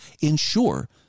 ensure